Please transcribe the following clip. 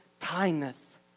kindness